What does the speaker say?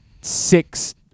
six